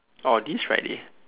oh this Friday